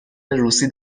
روسی